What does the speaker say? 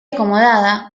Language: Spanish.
acomodada